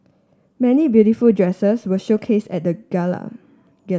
many beautiful dresses were showcase at gala